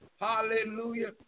Hallelujah